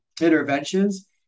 interventions